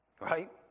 Right